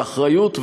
באחריות,